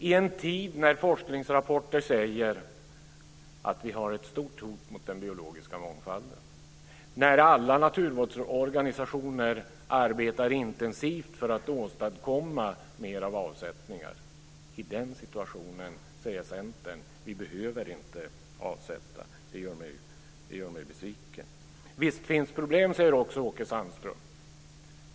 I en tid när forskningsrapporter säger att vi har ett stort hot mot den biologiska mångfalden, när alla naturvårdsorganisationer arbetar intensivt för att åstadkomma mera avsättningar, säger Centern att vi inte behöver avsätta. Det gör mig besviken. Visst finns det problem, säger Åke Sandström också.